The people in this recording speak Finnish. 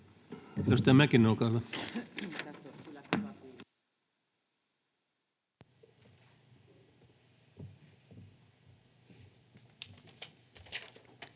Kiitos.